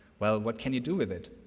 well what can you do with it?